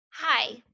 Hi